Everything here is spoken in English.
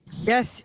Yes